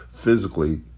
physically